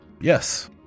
yes